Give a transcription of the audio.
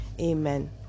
Amen